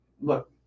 look